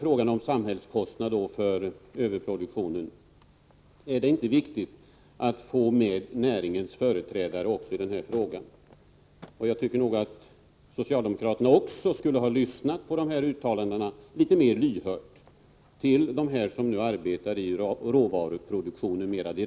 Beträffande samhällskostnaden för överproduktionen vill jag fråga: Är det inte viktigt att få med näringens företrädare i den här frågan? Jag tycker att socialdemokraterna borde ha lyssnat litet mer lyhört på uttalanden från dem som mer direkt arbetar i råvaruproduktionen.